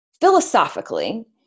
philosophically